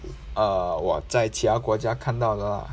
err 我在其他国家看到 lor